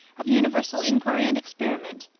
of universal inquiry and experiment,